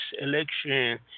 election